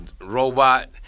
robot